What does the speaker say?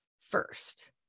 first